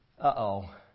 uh-oh